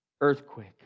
earthquake